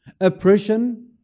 Oppression